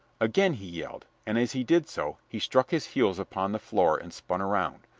again he yelled, and as he did so, he struck his heels upon the floor and spun around.